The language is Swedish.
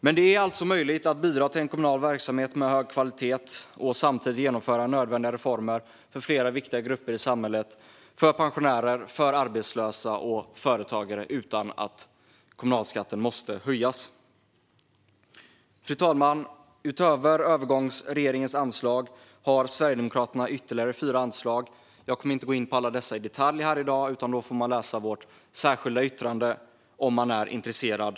Men det är alltså möjligt att bidra till en kommunal verksamhet med hög kvalitet och samtidigt genomföra nödvändiga reformer för flera viktiga grupper i samhället, som pensionärer, arbetslösa och företagare, utan att kommunalskatten måste höjas. Fru talman! Utöver övergångsregeringens anslag har Sverigedemokraterna ytterligare fyra anslag. Jag kommer inte att gå in på alla dessa i detalj, utan man får läsa vårt särskilda yttrande om man är intresserad.